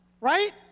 Right